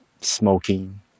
smoking